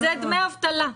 אלה דמי אבטלה.